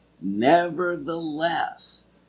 Nevertheless